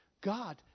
God